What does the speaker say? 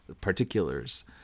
particulars